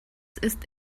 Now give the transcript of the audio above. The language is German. ist